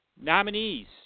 Nominees